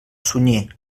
sunyer